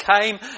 came